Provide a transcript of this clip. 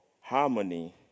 harmony